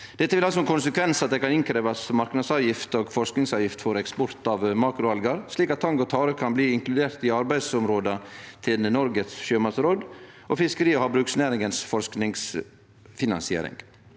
Dette vil ha som konsekvens at det kan krevjast inn marknadsavgift og forskingsavgift for eksport av makroalgar, slik at tang og tare kan bli inkluderte i arbeidsområda til Norges sjømatråd og Fiskeri- og havbruksnæringens forskningsfinansiering.